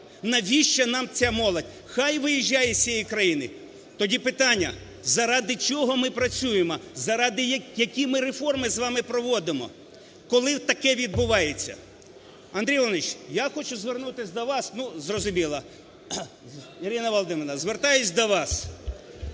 "Навіщо нам ця молодь? Хай виїжджає з цієї країни". Тоді питання: заради чого ми працюємо, заради… які ми реформи з вами проводимо, коли таке відбувається? Андрій Володимирович, я хочу звернутись до вас. Ну, зрозуміло, Ірина Володимирівна, звертаюсь до вас.